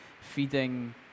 feeding